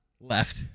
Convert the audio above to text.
left